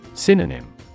Synonym